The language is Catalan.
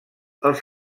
als